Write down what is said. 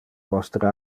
vostre